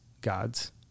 God's